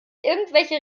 irgendwelche